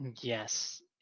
yes